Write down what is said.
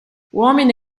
uomini